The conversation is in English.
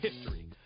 history